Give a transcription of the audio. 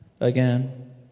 again